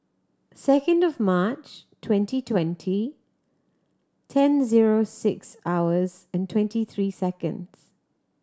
second March twenty twenty ten zero six hours and twenty three seconds